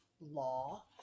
law